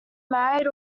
married